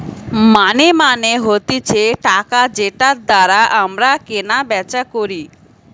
মানি মানে হতিছে টাকা যেটার দ্বারা আমরা কেনা বেচা করি